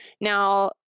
Now